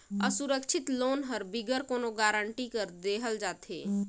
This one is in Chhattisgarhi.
असुरक्छित लोन हर बिगर कोनो गरंटी कर देहल जाथे